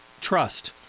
trust